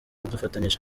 dufatanyije